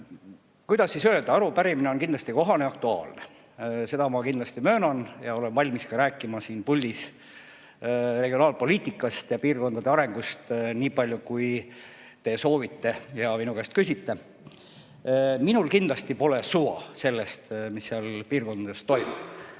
Kuidas öelda, arupärimine on kindlasti kohane ja aktuaalne. Seda ma kindlasti möönan ja olen valmis rääkima siin puldis regionaalpoliitikast ja piirkondade arengust nii palju, kui te soovite ja minu käest küsite. Minul kindlasti pole suva sellest, mis seal piirkondades toimub.